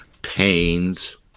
pains